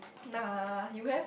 nah you have